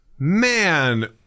Man